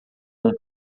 num